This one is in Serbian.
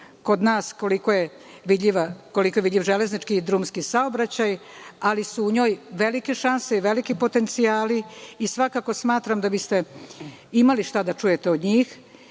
kod nas koliko je vidljiv železnički i drumski saobraćaj, ali su u njoj velike šanse i veliki potencijali. Svakako, smatram da biste imali šta da čujete od njih